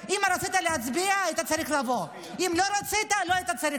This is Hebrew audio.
שאחד היה באולם והחליט לא להצביע ושני עשה